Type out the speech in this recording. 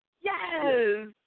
Yes